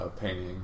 painting